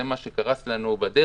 זה מה שקרס לנו בדרך.